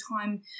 time